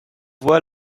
voix